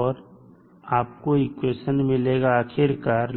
और आपको इक्वेशन मिलेगा आखिरकार